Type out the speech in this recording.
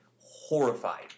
horrified